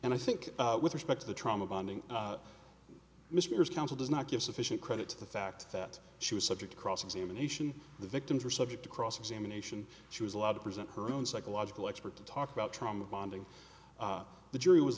and i think with respect to the trauma bonding misfires counsel does not give sufficient credit to the fact that she was subject to cross examination the victims were subject to cross examination she was allowed to present her own psychological expert to talk about trauma bonding the jury was